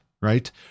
right